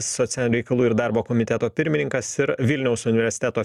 socialinių reikalų ir darbo komiteto pirmininkas ir vilniaus universiteto